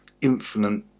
infinite